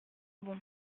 bon